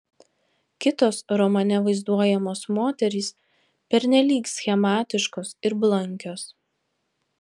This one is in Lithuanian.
kitos romane vaizduojamos moterys pernelyg schematiškos ir blankios